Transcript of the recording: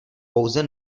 pouze